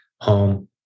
home